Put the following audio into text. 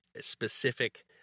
specific